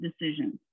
decisions